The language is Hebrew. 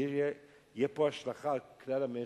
כי תהיה השלכה על כלל המשק.